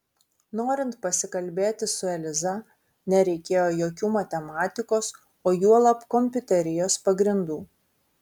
norint pasikalbėti su eliza nereikėjo jokių matematikos o juolab kompiuterijos pagrindų